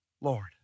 Lord